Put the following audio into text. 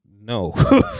No